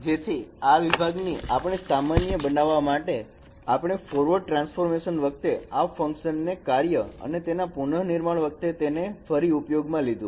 જેથી આ વિભાગની આપણે સામાન્ય બનાવવા માટે આપણે ફોરવર્ડ ટ્રાન્સફોર્મેશન વખતે આ ફંકશન ને કાર્યો અને તેના પુના નિર્માણ વખતે તેને ફરી ઉપયોગમાં લીધું